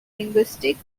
linguistics